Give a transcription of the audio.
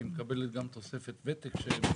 לכן היא גם מקבלת תוספת ותק.